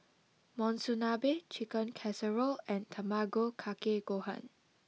Monsunabe Chicken Casserole and Tamago Kake Gohan